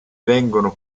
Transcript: vengono